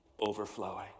overflowing